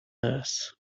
nurse